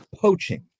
poaching